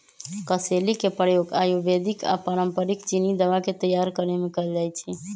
कसेली के प्रयोग आयुर्वेदिक आऽ पारंपरिक चीनी दवा के तइयार करेमे कएल जाइ छइ